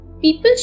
People